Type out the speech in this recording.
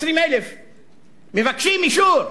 20,000. מבקשים אישור,